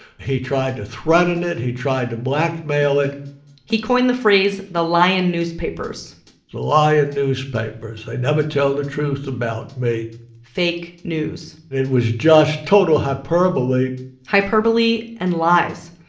he tried to threaten it. he tried to blackmail it he the phrase the lying newspapers the lying newspapers, they never tell the truth about me fake news it was just total hyperbole hyperbole and lies.